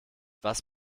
was